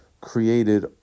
created